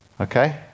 okay